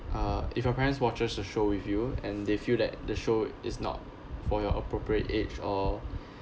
uh if your parents watches the show with you and they feel that the show is not for your appropriate age or